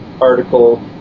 article